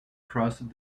crossed